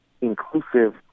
inclusive